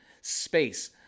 Space